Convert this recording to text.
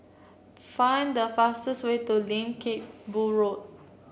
find the fastest way to Lim Teck Boo Road